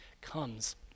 comes